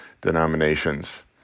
denominations